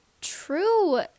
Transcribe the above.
true